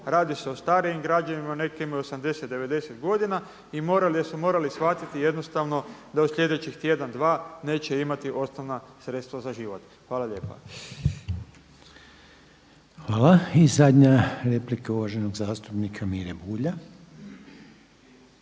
radi se o starijim građanima, neki imaju 80, 90 godina i morali su shvatiti jednostavno da u sljedećih tjedan, dva neće imati osnovna sredstva za život? Hvala lijepa. **Reiner, Željko (HDZ)** Hvala. I zadnja replika uvaženog zastupnika Mire Bulja.